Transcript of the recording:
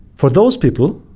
for those people,